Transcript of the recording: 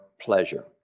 pleasure